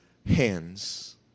Hands